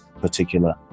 particular